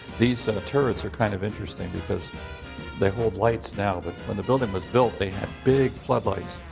these turrets are kind of interesting because they hold lights now, but when the building was built they had big flood lights.